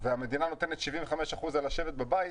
והמדינה נותנת 75% על לשבת בבית,